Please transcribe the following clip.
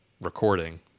recording